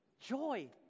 joy